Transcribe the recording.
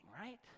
right